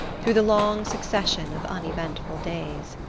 through the long succession of uneventful days.